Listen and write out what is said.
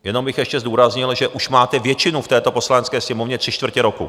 Jenom bych ještě zdůraznil, že už máte většinu v této Poslanecké sněmovně tři čtvrtě roku.